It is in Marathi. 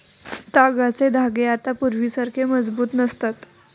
तागाचे धागे आता पूर्वीसारखे मजबूत नसतात